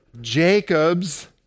Jacob's